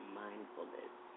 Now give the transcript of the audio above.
mindfulness